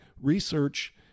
research